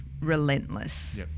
relentless